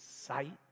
sight